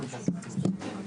נוספים.